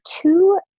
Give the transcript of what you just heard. two